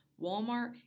Walmart